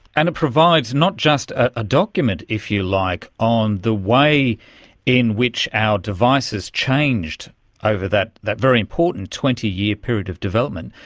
and it provides not just a document, if you like, on the way in which our devices changed over that that very important twenty year period of development,